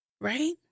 right